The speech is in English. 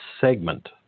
segment